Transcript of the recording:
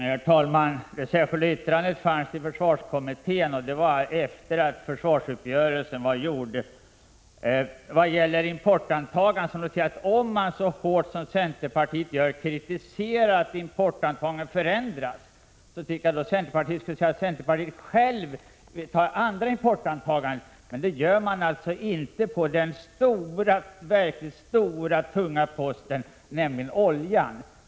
Herr talman! Det särskilda yttrandet beträffande direktrekrytering till civilförsvaret lämnades i försvarskommittén, efter det att försvarsuppgörelsen hade träffats. När man kritiserar förändringen av importantagandet så hårt som centerpartiet gör, bör väl centerpartiet självt behålla det tidigare importantagandet. Det har man alltså inte gjort för den verkligt stora, tunga posten, nämligen oljan.